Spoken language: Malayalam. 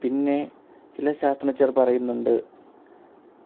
പിന്നെ ചില ശാസ്ത്രജ്ഞർ പറയുന്നുണ്ട്